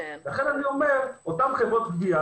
לכן אותן חברות גבייה,